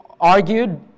argued